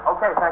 Okay